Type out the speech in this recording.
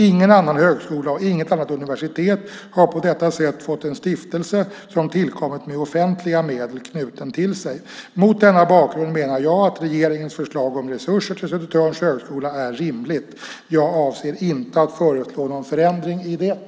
Ingen annan högskola och inget annat universitet har på detta sätt fått en stiftelse som tillkommit med offentliga medel knuten till sig. Mot denna bakgrund menar jag att regeringens förslag om resurser till Södertörns högskola är rimligt. Jag avser inte att föreslå någon förändring i det.